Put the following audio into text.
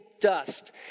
dust